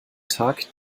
tag